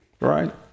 Right